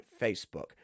Facebook